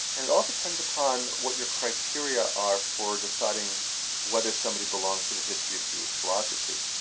and it all depends upon what your criteria are for deciding whether somebody belongs to the history of jewish philosophy.